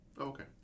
Okay